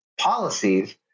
policies